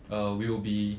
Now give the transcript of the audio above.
uh we will be